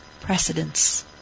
precedence